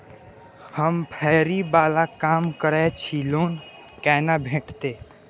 हम फैरी बाला काम करै छी लोन कैना भेटते?